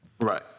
Right